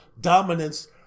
dominance